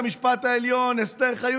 אז איך אני